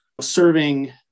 serving